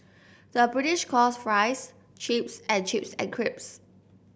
the British calls fries chips and chips creeps